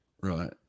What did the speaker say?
Right